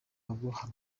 rugo